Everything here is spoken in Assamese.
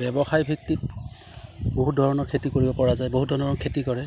ব্যৱসায় ভিত্তিত বহুত ধৰণৰ খেতি কৰিব পৰা যায় বহুত ধৰণৰ খেতি কৰে